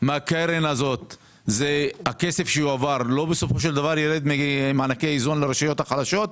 - הכסף שיועבר מהקרן הזאת לא ירד ממענקי האיזון לרשויות החלשות?